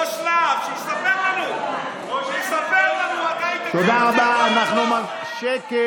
חבר הכנסת אמסלם,